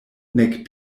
nek